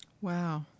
Wow